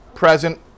Present